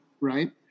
right